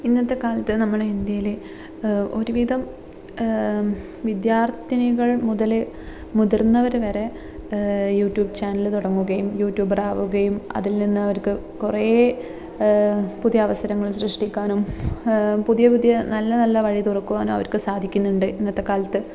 ഇന്നത്തെ കാലത്ത് നമ്മളുടെ ഇന്ത്യയിൽ ഒരു വിധം വിദ്യാർത്ഥിനികൾ മുതൽ മുതിരന്നവർ വരെ യൂറ്റ്യൂബ് ചാനൽ തുടങ്ങുകയും യൂറ്റ്യൂബറാവുകയും അതിൽനിന്ന് അവർക്ക് കുറേ പുതിയ അവസരങ്ങൾ സൃഷ്ടിക്കാനും പുതിയ പുതിയ നല്ല നല്ല വഴി തുറക്കാനും അവർക്ക് സാധിക്കുന്നുണ്ട് ഇന്നത്തെകാലത്ത്